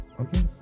okay